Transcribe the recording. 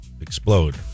explode